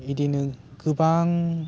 बिदिनो गोबां